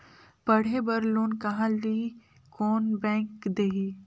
पढ़े बर लोन कहा ली? कोन बैंक देही?